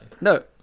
No